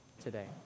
Today